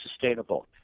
sustainable